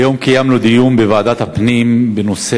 היום קיימנו דיון בוועדת הפנים בנושא